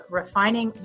refining